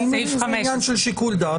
אני מבין שזה עניין של שיקול דעת.